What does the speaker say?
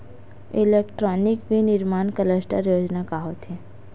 Electronic विनीर्माण cluster योजना का होथे?